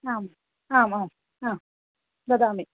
आम् आम् आम् आम् ददामि